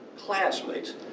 classmates